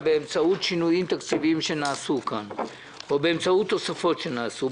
באמצעות שינויים תקציביים שנעשו כאן או באמצעות תוספות שנעשו,